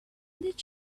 did